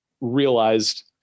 realized